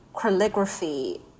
calligraphy